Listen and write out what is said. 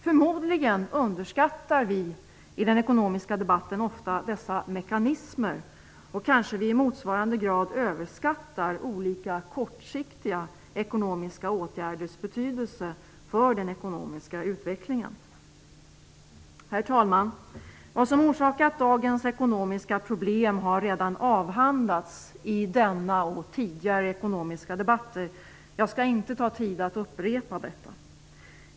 Förmodligen underskattar vi i den ekonomiska debatten ofta dessa mekanismer, och kanske vi i motsvarande grad överskattar olika kortsiktiga ekonomiska åtgärders betydelse för den ekonomiska utvecklingen. Herr talman! Vad som orsakat dagens ekonomiska problem har redan avhandlats i denna och tidigare ekonomiska debatter. Jag skall inte ta tid att upprepa detta.